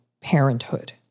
parenthood